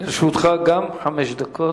גם לרשותך חמש דקות.